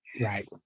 Right